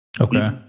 Okay